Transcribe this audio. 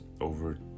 over